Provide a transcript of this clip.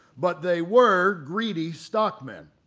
but they were greedy stockmen.